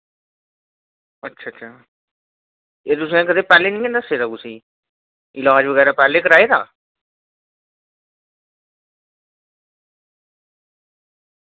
अच्छा अच्छा एह् तुसें पैह्लें निं ऐ दस्से दा कुसै गी लाज बगैरा पैह्लें कराये दा